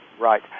Right